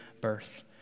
birth